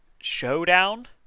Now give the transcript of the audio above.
Showdown